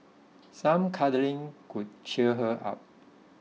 some cuddling could cheer her up